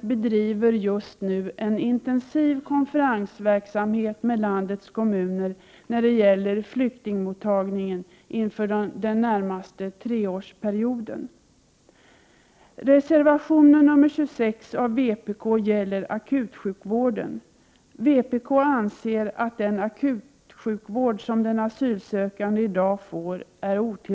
bedriver just nu en intensiv konferensverksamhet med landets kommuner när det gäller flyktingmottagningen inför den närmaste treårsperioden. har rätt till hälsoundersökning, akutsjukvård, förlossningsvård och vård vid Prot.